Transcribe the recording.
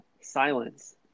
silence